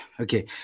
Okay